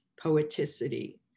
poeticity